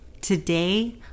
Today